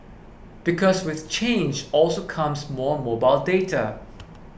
because with change also comes more mobile data